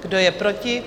Kdo je proti?